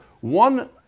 One